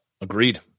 Agreed